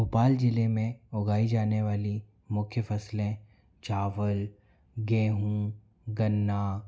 भोपाल जिले में उगाई जाने वाली मुख्य फसलें चावल गेहूँ गन्ना